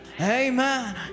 amen